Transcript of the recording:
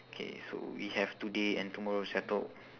K so we have today and tomorrow settled